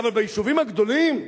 אבל ביישובים הגדולים?